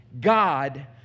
God